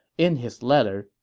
in his letter,